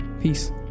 Peace